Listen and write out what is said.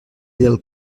del